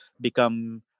become